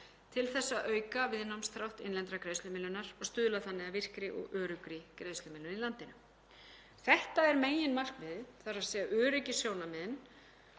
til að auka viðnámsþrótt innlendrar greiðslumiðlunar og stuðla þannig að virkri og öruggri greiðslumiðlun í landinu. Þetta er meginmarkmiðið, þ.e. öryggissjónarmiðin,